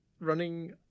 running